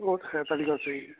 ਉਹ ਹੈ ਤੁਹਾਡੀ ਗੱਲ ਸਹੀ ਹੈ